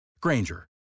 Granger